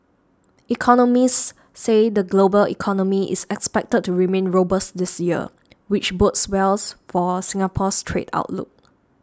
economists say the global economy is expected to remain robust this year which bodes wells for Singapore's trade outlook